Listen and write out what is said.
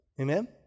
Amen